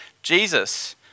Jesus